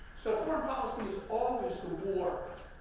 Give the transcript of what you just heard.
so, foreign policy is always the war.